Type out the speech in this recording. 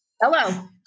Hello